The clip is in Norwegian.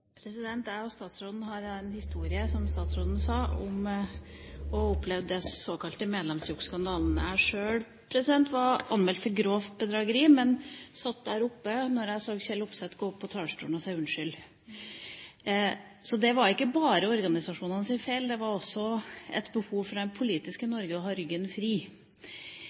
sjøl anmeldt for grovt bedrageri, men jeg satt her og så Kjell Opseth gå opp på talerstolen og si unnskyld. Så det var ikke bare organisasjonenes feil. Det var også et behov for det politiske Norge å ha ryggen fri.